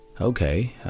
okay